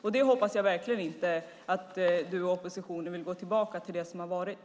Jag hoppas verkligen inte att Pyry Niemi och oppositionen vill gå tillbaka till det som har varit.